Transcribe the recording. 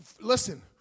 listen